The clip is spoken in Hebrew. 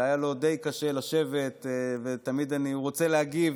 שהיה לו די קשה לשבת ותמיד הוא רוצה להגיב.